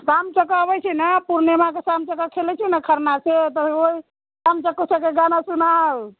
सामचक अबैत छै ने पूर्णिमाके सामचक खेलैत छियै ने खरना से तऽ ओहि सामचककेँ गाना सुनाउ